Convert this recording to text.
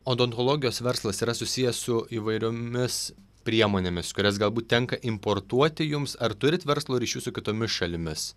odontologijos verslas yra susijęs su įvairiomis priemonėmis kurias galbūt tenka importuoti jums ar turit verslo ryšių su kitomis šalimis